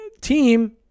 team